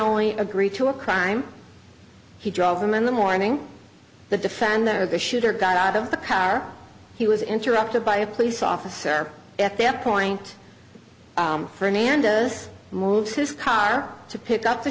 only agree to a crime he drove them in the morning the defendant was the shooter got out of the car he was interrupted by a police officer at that point fernandez moved his car to pick up the